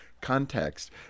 context